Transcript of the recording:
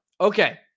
Okay